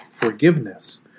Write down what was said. forgiveness